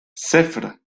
صفر